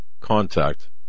contact